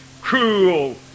cruel